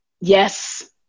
yes